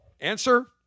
Answer